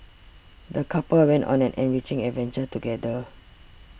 the couple went on an enriching adventure together